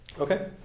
Okay